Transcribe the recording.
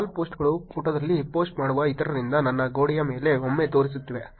wall ಪೋಸ್ಟ್ಗಳು ಪುಟದಲ್ಲಿ post ಮಾಡುವ ಇತರರಿಂದ ನನ್ನ ಗೋಡೆಯ ಮೇಲೆ ಒಮ್ಮೆ ತೋರಿಸುತ್ತಿವೆ